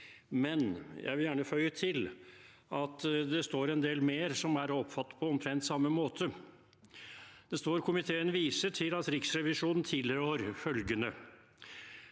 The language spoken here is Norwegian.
Men jeg vil gjerne føye til at det står en del mer, som er å oppfatte på omtrent samme måte. Det står: «Komiteen viser til at Riksrevisjonen tilrår at: